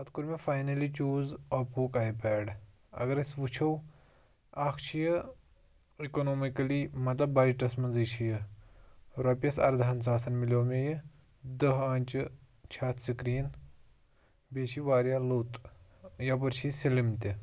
پَتہٕ کوٚر مےٚ فاینٔلی چوٗز اوپوک آی پیڈ اگر أسۍ وٕچھو اَکھ چھِ یہِ اِکونامِکلی مطلب بَجٹَس منٛزٕے چھِ یہِ رۄپیَس اَرداہَن ساسَن مِلیو مےٚ یہِ دہ آنٛچہِ چھِ اَتھ سِکریٖن بیٚیہِ چھِ یہِ وارِیاہ لوٚت یَپٲرۍ چھِ یہِ سِلِم تہِ